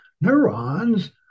Neurons